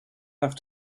have